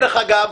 אגב,